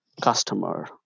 customer